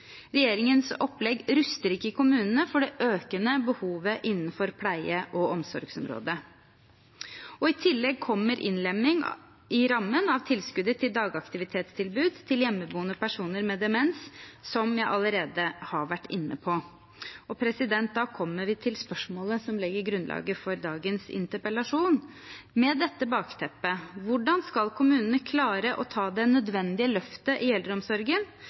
Regjeringens opplegg ruster ikke kommunene for det økende behovet innenfor pleie- og omsorgsområdet. I tillegg kommer innlemming i rammen av tilskuddet til dagaktivitetstilbud til hjemmeboende personer med demens, som jeg allerede har vært inne på. Da kommer vi til spørsmålet som legger grunnlaget for dagens interpellasjon: Med dette bakteppet – hvordan skal kommunene klare å ta det nødvendige løftet i eldreomsorgen